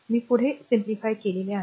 मी पुढे सरलीकृत केल्यास